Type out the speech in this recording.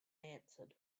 answered